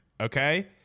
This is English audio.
Okay